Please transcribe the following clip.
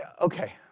Okay